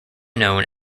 known